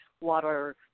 water